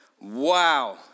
Wow